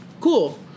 Cool